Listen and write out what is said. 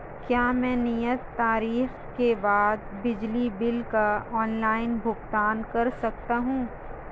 क्या मैं नियत तारीख के बाद बिजली बिल का ऑनलाइन भुगतान कर सकता हूं?